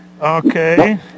okay